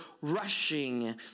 rushing